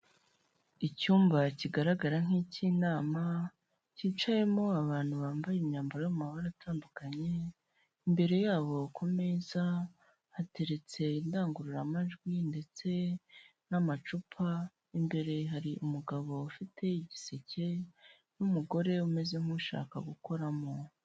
Icyumba kigaragara nk'icy'inama cyicayemo abantu bambaye imyambaro y'amabara atandukanye, imbere yabo ku meza hateretse indangururamajwi ndetse n'amacupa. Imbere har’umugabo ufite igiseke n'umugore umeze nk'ushaka gukoramo.